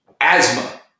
asthma